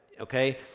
okay